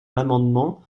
l’amendement